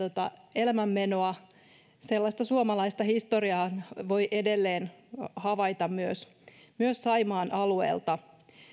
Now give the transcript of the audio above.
elämänmenoa sellaista suomalaista historiaa voi edelleen havaita myös myös saimaan alueella